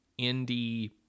indie